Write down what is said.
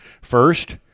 First